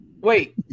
Wait